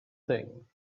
thing